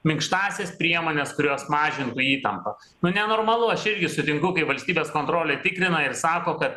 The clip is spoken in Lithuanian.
minkštąsias priemones kurios mažintų įtampą nu nenormalu aš irgi sutinku kai valstybės kontrolė tikrina ir sako kad